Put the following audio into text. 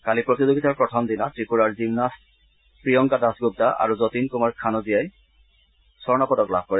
কালি প্ৰতিযোগিতাৰ প্ৰথম দিনা ৱিপুৰাৰ জিমনাট প্ৰিয়ংকা দাসগুপ্তা আৰু যতীন কুমাৰ খানজিয়াই স্থৰ্ণ পদক লাভ কৰে